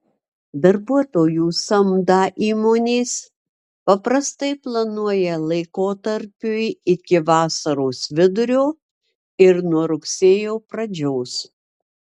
darbuotojų samdą įmonės paprastai planuoja laikotarpiui iki vasaros vidurio ir nuo rugsėjo pradžios